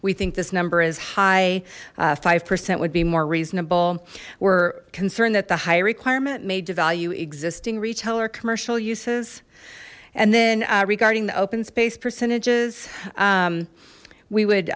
we think this number is high five percent would be more reasonable we're concerned that the high requirement made devalue existing retailer commercial uses and then regarding the open space percentages we would